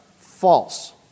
False